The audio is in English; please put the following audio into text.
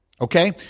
Okay